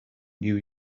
new